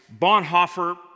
Bonhoeffer